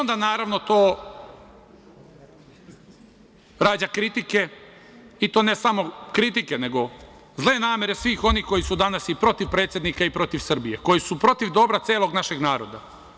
Naravno, onda to rađa kritike, i to ne samo kritike, nego zle namere svih onih koji su danas i protiv predsednika i protiv Srbije, koji su protiv dobra celog našeg naroda.